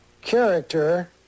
character